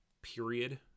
period